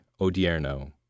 Odierno